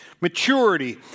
Maturity